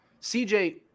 CJ